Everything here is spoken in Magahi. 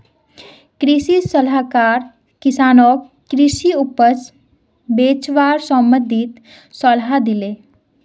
कृषि सलाहकार किसानक कृषि उपज बेचवार संबंधित सलाह दिले